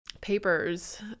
papers